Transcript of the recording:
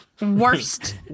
Worst